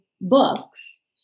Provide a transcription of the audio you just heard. books